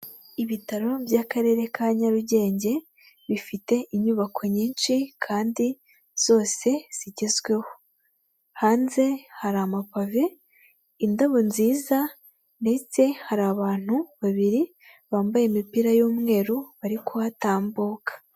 Ibitaro by'akarere ka Nyarugenge bifite inyubako nyinshi kandi zose zigezweho, hanze hari amabave indabo nziza ndetse hari abantu babiri bambaye imipira y'umweru bari kuhatambuka.